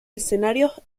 escenarios